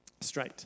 straight